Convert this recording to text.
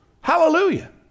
Hallelujah